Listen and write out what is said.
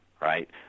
right